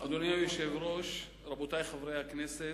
אדוני היושב-ראש, רבותי חברי הכנסת,